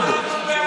אני לא יכול,